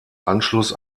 anschluss